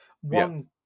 one